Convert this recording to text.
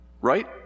right